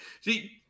see